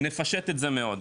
נפשט את זה מאוד,